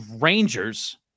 Rangers